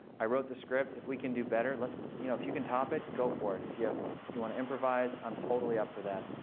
i wrote the script. if we can do better, let's you know if you can top it, go for it. if you if you want to improvise, i'm totally up for that.